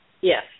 Yes